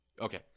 Okay